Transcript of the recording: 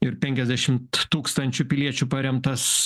ir penkiasdešimt tūkstančių piliečių paremtas